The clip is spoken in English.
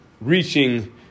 reaching